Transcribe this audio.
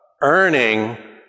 earning